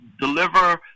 deliver